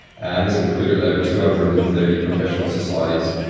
and this included over two hundred and thirty professional societies.